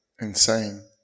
Insane